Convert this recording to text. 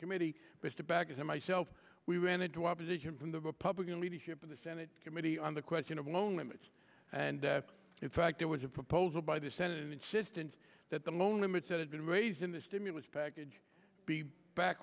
and myself we ran into opposition from the republican leadership in the senate committee on the question of loan limits and in fact there was a proposal by the senate an insistence that the loan limits that had been raised in the stimulus package be back